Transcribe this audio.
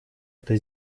это